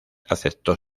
aceptó